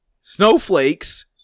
Snowflakes